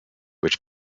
which